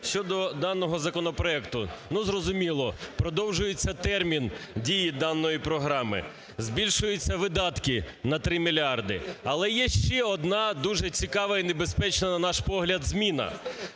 Щодо даного законопроекту. Ну, зрозуміло, продовжується термін дії даної програми, збільшуються видатки на 3 мільярди. Але є ще одна дуже цікава і небезпечна на наш погляд зміна: